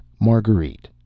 Marguerite